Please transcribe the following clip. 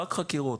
רק חקירות.